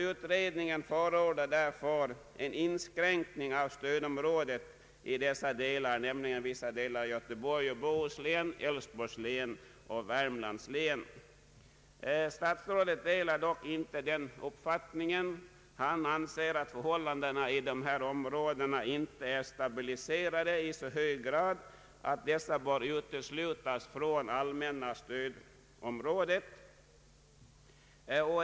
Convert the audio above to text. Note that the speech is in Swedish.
Utredningen förordar därför en inskränkning av stödområdet i dessa delar, nämligen vissa delar av Göteborgs och Bohus län, Älvsborgs län och Värmlands län. Statsrådet delar dock inte den uppfattningen. Han anser att förhållandena i dessa områden inte är stabiliserade i så hög grad att de bör uteslutas från allmänna stödområdet.